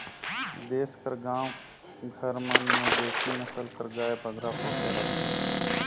देस कर गाँव घर मन में देसी नसल कर गाय बगरा पोसे रहथें